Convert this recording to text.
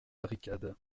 barricade